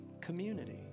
community